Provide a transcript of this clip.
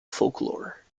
folklore